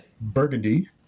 Burgundy